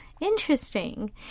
Interesting